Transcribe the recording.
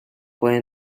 puede